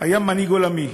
היה מנהיג עולמי.